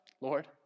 Lord